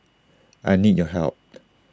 I need your help